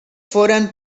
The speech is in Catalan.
foren